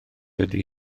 ydy